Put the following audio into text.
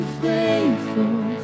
faithful